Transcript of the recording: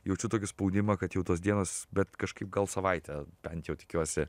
jaučiu tokį spaudimą kad jau tos dienos bet kažkaip gal savaitę bent jau tikiuosi